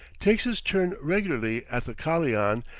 takes his turn regularly at the kalian,